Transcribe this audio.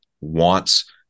wants